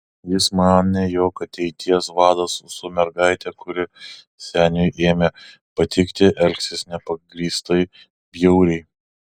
jis manė jog ateities vadas su mergaite kuri seniui ėmė patikti elgsis nepagrįstai bjauriai